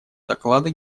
доклада